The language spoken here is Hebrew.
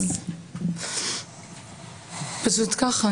אז זה פשוט ככה,